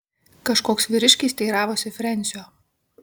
kažkoks vyriškis teiravosi frensio